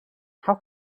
how